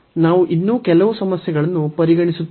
ನಾವು ಇನ್ನೂ ಕೆಲವು ಸಮಸ್ಯೆಗಳನ್ನು ಪರಿಗಣಿಸುತ್ತೇವೆ